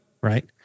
right